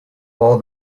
all